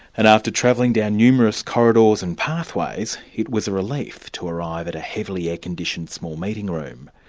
and after travelling down numerous corridors and pathways it was a relief to arrive at a heavily air-conditioned, small meeting room.